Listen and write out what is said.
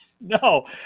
no